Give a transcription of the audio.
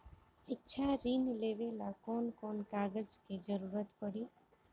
शिक्षा ऋण लेवेला कौन कौन कागज के जरुरत पड़ी?